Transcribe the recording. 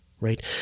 Right